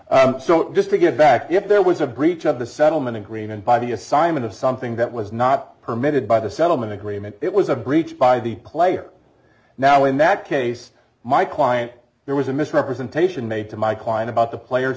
theirs so just to get back if there was a breach of the settlement agreement by the assignment of something that was not permitted by the settlement agreement it was a breach by the player now in that case my client there was a misrepresentation made to my client about the player